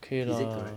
is it correct